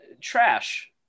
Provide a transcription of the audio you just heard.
Trash